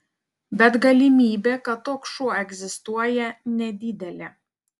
bet galimybė kad toks šuo egzistuoja nedidelė